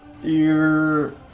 Dear